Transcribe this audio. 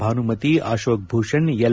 Bhanumati Ashok Bhushan L